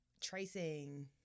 tracing